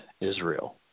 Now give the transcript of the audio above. Israel